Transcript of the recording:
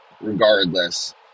Regardless